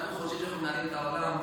אנחנו חושבים שאנחנו מנהלים את העולם,